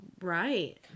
right